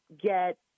get